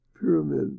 Pyramid